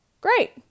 great